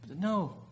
No